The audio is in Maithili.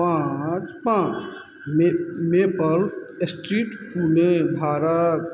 पाँच पाँच मे मेपल स्ट्रीट ले भारत